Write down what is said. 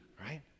right